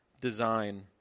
design